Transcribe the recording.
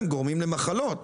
הם גורמים למחלות.